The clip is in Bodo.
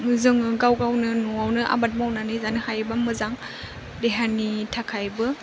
जोङो गाव गावनो न'आवनो आबाद मावनानै जानो हायोबा मोजां देहानि थाखायबो